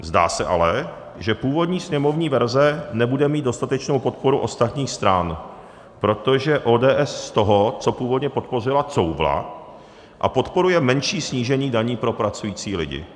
Zdá se ale, že původní sněmovní verze nebude mít dostatečnou podporu ostatních stran, protože ODS z toho, co původně podpořila, couvla a podporuje menší snížení daní pro pracující lidi.